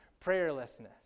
Prayerlessness